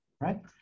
right